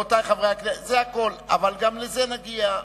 זה הכול, גם לזה נגיע,